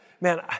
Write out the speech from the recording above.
man